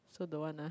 so don't want lah